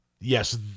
Yes